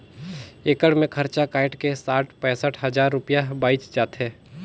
एकड़ मे खरचा कायट के साठ पैंसठ हजार रूपिया बांयच जाथे